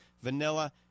vanilla